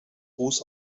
ruß